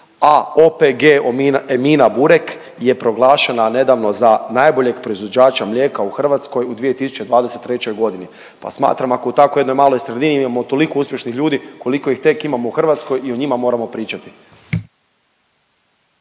a OPG Emina Burek je proglašena nedavno za najboljeg proizvođača mlijeka u Hrvatskoj u 2023. g. pa smatram ako u tako jednoj maloj sredini imamo toliko uspješnih ljudi, koliko ih tek imamo u Hrvatskoj i o njima moramo pričati.